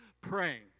praying